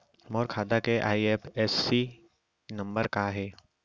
मोर खाता के IFSC number का हे?